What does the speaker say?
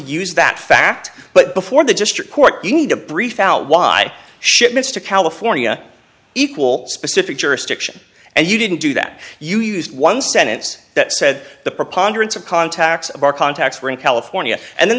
use that fact but before the district court you need to brief out why shipments to california equal specific jurisdiction and you didn't do that you used one sentence that said the preponderance of contacts of our contacts were in california and then